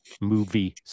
movie